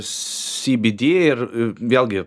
sybydy ir vėlgi